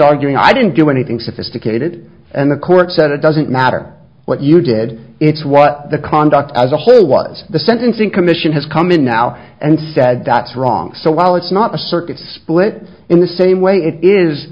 arguing i didn't do anything sophisticated and the court said it doesn't matter what you did it's what the conduct as a whole was the sentencing commission has come in now and said that's wrong so while it's not a circuit split in the same way it is